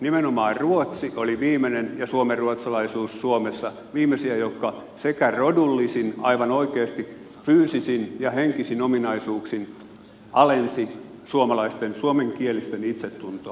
nimenomaan ruotsi oli viimeinen ja suomenruotsalaisuus suomessa viimeisiä joka sekä rodullisin aivan oikeasti fyysisin ja henkisin ominaisuuksin alensi suomalaisten suomenkielisten itsetuntoa